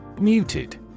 Muted